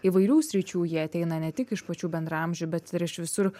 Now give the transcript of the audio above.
įvairių sričių jie ateina ne tik iš pačių bendraamžių bet ir iš visur